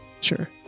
Sure